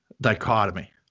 dichotomy